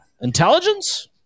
intelligence